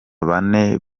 bane